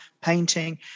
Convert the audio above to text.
painting